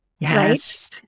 Yes